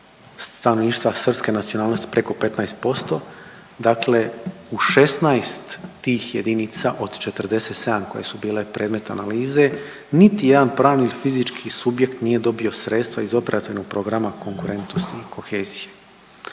stanovništva srpske nacionalnosti preko 15%, dakle u 16 tih jedinica od 47 koje su bile predmet analize niti jedan pravni ili fizički subjekt nije dobio sredstva iz operativnog programa konkurentnost i kohezija.